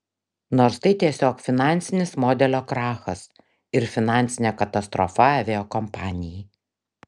nors tai tiesiog finansinis modelio krachas ir finansinė katastrofa aviakompanijai